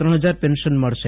ત્રણ હજાર પેન્સન મળશે